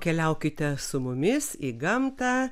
keliaukite su mumis į gamtą